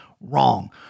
Wrong